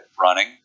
running